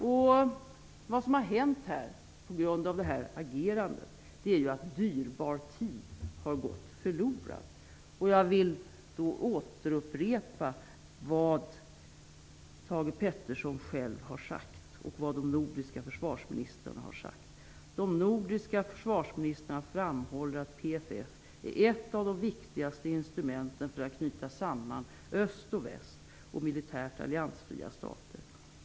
Vad som har hänt på grund av det här agerandet är ju att dyrbar tid har gått förlorad. Jag vill då återupprepa vad Thage Peterson själv har sagt och vad de nordiska försvarsministrarna har sagt. De nordiska försvarsministrarna framhåller att PFF är ett av de viktigaste instrumenten för att knyta samman öst och väst och militärt alliansfria stater.